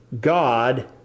God